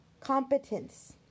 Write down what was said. competence